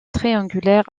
triangulaire